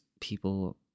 people